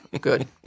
Good